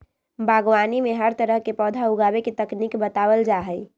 बागवानी में हर तरह के पौधा उगावे के तकनीक बतावल जा हई